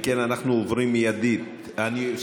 אם כן, אנחנו עוברים מיידית ------ רגע,